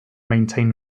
maintain